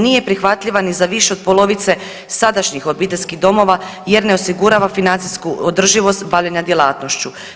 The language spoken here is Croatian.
Nije prihvatljiva ni za više od polovice sadašnjih obiteljskih domova jer ne osigurava financijsku održivost bavljenja djelatnošću.